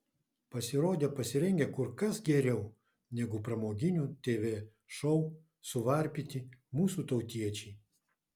pasirodė pasirengę kur kas geriau negu pramoginių tv šou suvarpyti mūsų tautiečiai